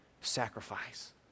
sacrifice